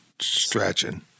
stretching